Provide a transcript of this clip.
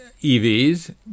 EVs